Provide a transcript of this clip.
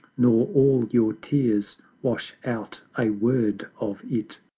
nor all your tears wash out a word of it.